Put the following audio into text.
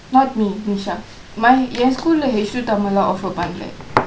not me nisha my என்:yen school H two tamil offer பன்னல:pannala